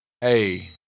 hey